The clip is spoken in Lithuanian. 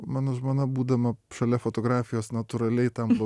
mano žmona būdama šalia fotografijos natūraliai tampa